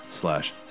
slash